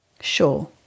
Sure